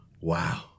Wow